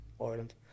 Ireland